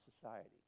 society